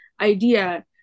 idea